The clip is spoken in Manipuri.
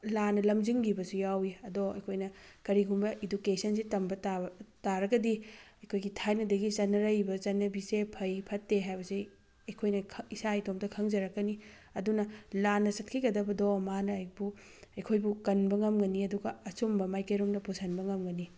ꯂꯥꯟꯅ ꯂꯝꯖꯤꯡꯈꯤꯕꯁꯨ ꯌꯥꯎꯋꯤ ꯑꯗꯣ ꯑꯩꯈꯣꯏꯅ ꯀꯔꯤꯒꯨꯝꯕ ꯏꯗꯨꯀꯦꯁꯟꯁꯤ ꯇꯝꯕ ꯇꯥꯔꯒꯗꯤ ꯑꯩꯈꯣꯏꯒꯤ ꯊꯥꯏꯅꯗꯒꯤ ꯆꯠꯅꯔꯛꯂꯤꯕ ꯆꯠꯅꯕꯤꯁꯦ ꯐꯩ ꯐꯠꯇꯦ ꯍꯥꯏꯕꯁꯦ ꯑꯩꯈꯣꯏꯅ ꯏꯁꯥ ꯏꯇꯣꯝꯇ ꯈꯪꯖꯔꯛꯀꯅꯤ ꯑꯗꯨꯅ ꯂꯥꯟꯅ ꯆꯠꯈꯤꯒꯗꯕꯗꯣ ꯃꯥꯅ ꯑꯩꯕꯨ ꯑꯩꯈꯣꯏꯕꯨ ꯀꯟꯕ ꯉꯝꯒꯅꯤ ꯑꯗꯨꯒ ꯑꯆꯨꯝꯕ ꯃꯥꯏꯀꯩꯔꯣꯝꯗ ꯄꯨꯁꯤꯟꯕ ꯉꯝꯒꯅꯤ